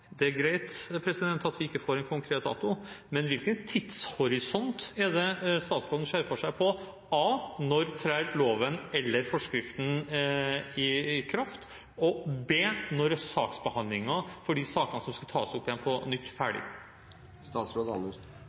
Det er greit at vi ikke får en konkret dato, men hvilken tidshorisont ser statsråden for seg, med tanke på a) når loven eller forskriften trer i kraft, og b) når saksbehandlingen for de sakene som skal tas opp igjen på nytt, er ferdig?